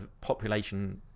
population